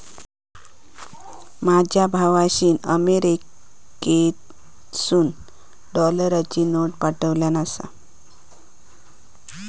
माझ्या भावाशीन अमेरिकेतसून डॉलरची नोट पाठवल्यान आसा